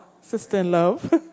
sister-in-love